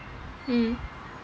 mm